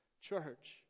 church